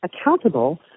accountable